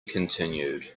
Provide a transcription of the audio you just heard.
continued